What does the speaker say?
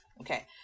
Okay